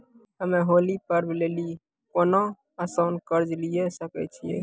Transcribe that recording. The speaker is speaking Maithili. हम्मय होली पर्व लेली कोनो आसान कर्ज लिये सकय छियै?